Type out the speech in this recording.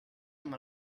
amb